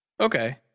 Okay